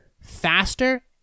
faster